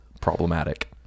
problematic